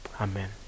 Amen